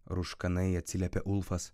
rūškanai atsiliepė ulfas